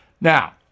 Now